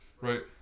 right